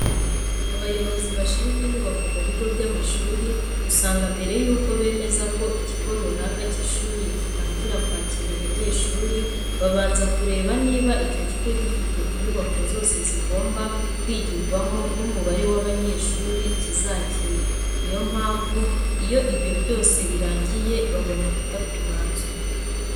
Abayobozi bashinzwe inyubako mu bigo by'amashuri usanga mbere yuko bemeza ko ikigo runaka cy'ishuri gitangira kwakira abanyeshuri, babanza kureba niba icyo kigo gifite inyubako zose zigomba kwigirwamo n'umubare w'abanyeshuri kizakira. Niyo mpamvu iyo ibyo byose birangiye babona gufata umwanzuro.